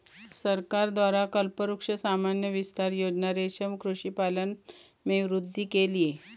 सरकार द्वारा कल्पवृक्ष सामान्य विस्तार योजना रेशम कृषि पालन में वृद्धि के लिए